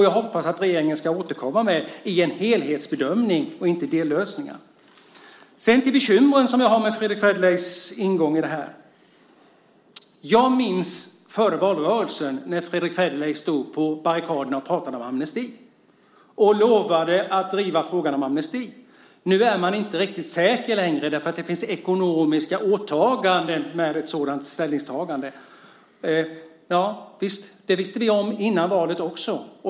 Jag hoppas att regeringen återkommer med det i en helhetsbedömning och inte i dellösningar. Så till de bekymmer som jag har med Fredrick Federleys ingång i detta. Jag minns före valrörelsen när Fredrick Federley stod på barrikaderna och pratade om amnesti och lovade att driva frågan om amnesti. Nu är han inte riktigt säker längre eftersom det finns ekonomiska åtaganden med ett sådant ställningstagande. Visst, det visste vi före valet också.